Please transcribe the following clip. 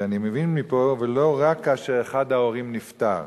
ואני מבין מפה, ולא רק כאשר אחד ההורים נפטר.